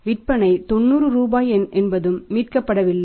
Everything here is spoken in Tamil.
விற்பனை 90 ரூபாய் என்பதும் மீட்கப்படவில்லை